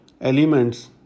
elements